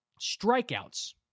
strikeouts